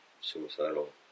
suicidal